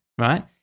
right